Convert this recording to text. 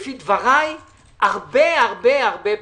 לדבריי, הרבה-הרבה פחות.